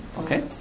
Okay